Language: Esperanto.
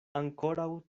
ankoraŭ